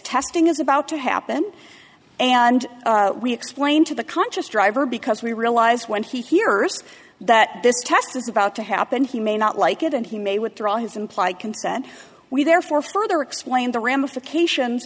testing is about to happen and we explain to the conscious driver because we realize when he hears that this test is about to happen he may not like it and he may withdraw his implied consent we therefore further explain the ramifications